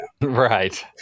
Right